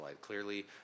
Clearly